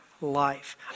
life